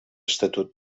estatut